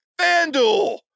FanDuel